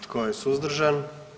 Tko je suzdržan?